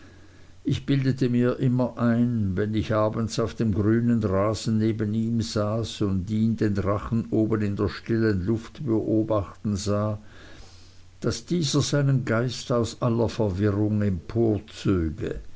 ich bildete mir immer ein wenn ich abends auf dem grünen rasen neben ihm saß und ihn den drachen oben in der stillen luft beobachten sah daß dieser seinen geist aus aller verwirrung